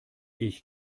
ich